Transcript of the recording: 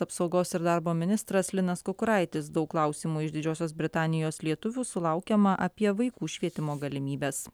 apsaugos ir darbo ministras linas kukuraitis daug klausimų iš didžiosios britanijos lietuvių sulaukiama apie vaikų švietimo galimybes